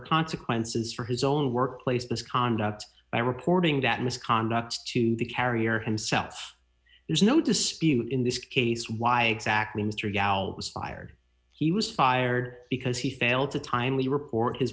consequences for his own workplace this conduct by reporting that misconduct to the carrier himself there's no dispute in this case why exactly mr gal was fired he was fired because he failed to timely report his